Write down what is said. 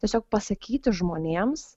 tiesiog pasakyti žmonėms